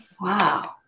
Wow